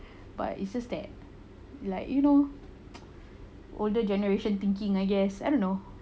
but it's just that like you know older generation thinking I guess I don't know